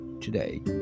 today